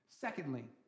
Secondly